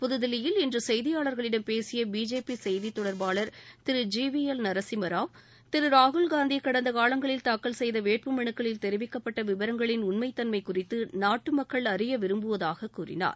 புதுதில்லியில் இன்று செய்தியாளர்களிடம் பேசிய பிஜேபி செய்தித் தொடர்பாளர் திரு ஜி வி எல் நரசிம்மராவ் திரு ராகுல் காந்தி ஷடந்த காலங்களில் தாக்கல் செய்த வேட்புமனுக்களில் தெரிவிக்கப்பட்ட விபரங்களை உண்மை தன்மை குறித்து நாட்டு மக்கள் அறிய விரும்புவதாக கூறினார்